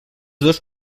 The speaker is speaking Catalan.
dos